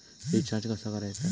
Recharge कसा करायचा?